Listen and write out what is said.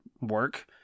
work